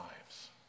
lives